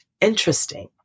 interesting